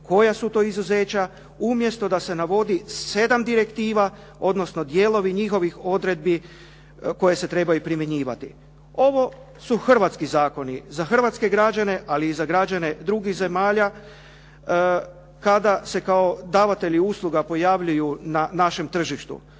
koja su to izuzeća, umjesto da se navodi sedam direktiva, odnosno dijelovi njihovih odredbi koje se trebaju primjenjivati. Ovo su hrvatski zakoni za hrvatske građane, ali i za građane drugih zemalja kada se kao davatelji usluga pojavljuju na našem tržištu.